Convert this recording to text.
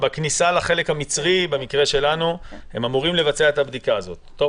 לחלק המצרי ולעשות את הבדיקה כפי שהחוק מחייב.